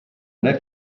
lew